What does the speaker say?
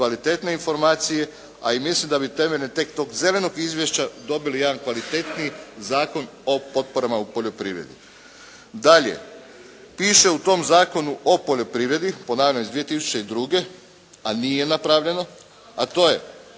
kvalitetne informacije, a i mislim da bi temeljem tek tog zelenog izvješća dobili jedan kvalitetni Zakon o potporama u poljoprivredi. Dalje, piše u tom Zakonu o poljoprivredi, ponavljam iz 2002. a nije napravljeno, a to je